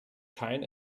kein